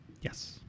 Yes